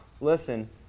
Listen